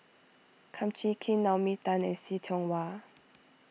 Kum Chee Kin Naomi Tan and See Tiong Wah